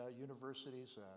universities